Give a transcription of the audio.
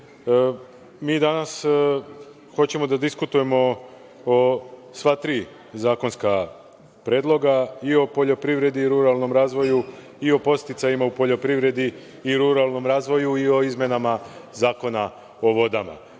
danas hoćemo da diskutujemo o sva tri zakonska predloga, i o poljoprivredi i ruralnom razvoju, i u podsticajima u poljoprivredi i ruralnom razvoju i o izmenama Zakona o